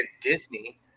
disney